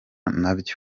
nabyo